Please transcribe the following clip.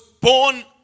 born